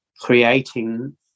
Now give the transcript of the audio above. creating